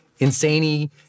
insaney